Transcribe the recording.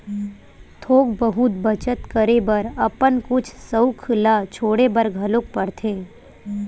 थोक बहुत बचत करे बर अपन कुछ सउख ल छोड़े बर घलोक परथे